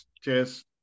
Cheers